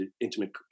intimate